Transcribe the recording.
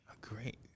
great